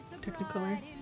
technicolor